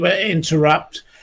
Interrupt